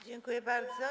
Dziękuję bardzo.